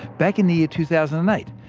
back in the year two thousand and eight,